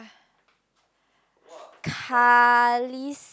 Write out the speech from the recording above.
Khalees~